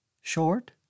Short